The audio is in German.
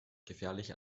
gefährliche